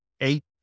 eight